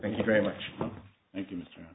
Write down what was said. thank you very much a concern